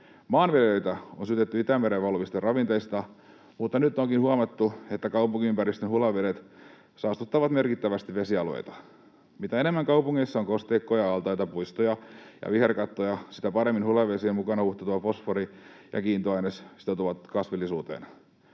Maanviljelijöitä on syytetty Itämereen valuvista ravinteista, mutta nyt onkin huomattu, että kaupunkiympäristön hulevedet saastuttavat merkittävästi vesialueita. Mitä enemmän kaupungeissa on kosteikkoja, altaita, puistoja ja viherkattoja, sitä paremmin hulevesien mukana huuhtoutuva fosfori ja kiintoaines sitoutuvat kasvillisuuteen.